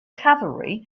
cavalry